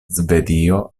svedio